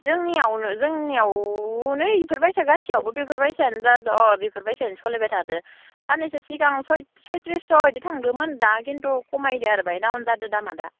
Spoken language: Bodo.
जोंनियावनो जोंनियावनो इफोरबायसा गासियावबो बेफोरबायसायानो दा अ बेफोर बायसायानो सलियबाय थादो साननैसो सिगां सयथ्रिसस' इदि थांदोमोन दा खिन्थु खमायदो आरो बाहाय डाउन जादो दामा दा